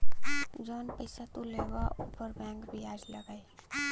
जौन पइसा तू लेबा ऊपर बैंक बियाज लगाई